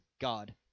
God